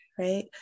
Right